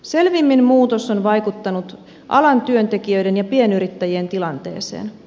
selvimmin muutos on vaikuttanut alan työntekijöiden ja pienyrittäjien tilanteeseen